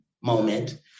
moment